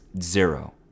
zero